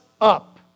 up